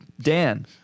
Dan